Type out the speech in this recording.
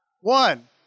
one